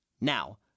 Now